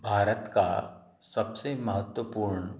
भारत का सबसे महत्वपूर्ण